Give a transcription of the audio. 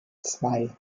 zwei